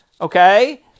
Okay